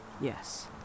Yes